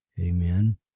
amen